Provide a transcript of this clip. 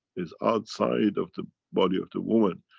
it's outside of the body of the woman.